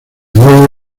nuevo